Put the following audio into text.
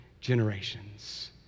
generations